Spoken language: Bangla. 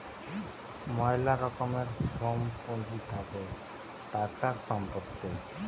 ময়লা রকমের সোম পুঁজি থাকে টাকা, সম্পত্তি